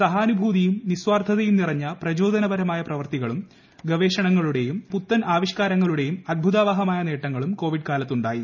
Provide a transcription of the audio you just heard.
സഹാനുഭൂതിയും നിസ്വാർഥതയും നിറഞ്ഞ പ്രചോദനപരമ്മൂയ പ്രവർത്തികളും ഗവേഷണങ്ങളുടേയും പുത്തൻ ആവിഷ്കാരങ്ങളുടേയും അദ്ഭുതാവഹമായ നേട്ടങ്ങളും ക്ക്യേഷിഡ് കാലത്തുണ്ടായി